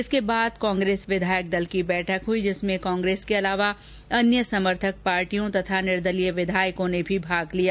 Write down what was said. इसके बाद कांग्रेस विधायक दल की बैठक आयोजित हुई जिसमें कांग्रेस के अलावा अन्य समर्थक पार्टियों तथा निर्दलीय विधायकों ने भी भाग लिया